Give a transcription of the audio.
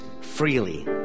freely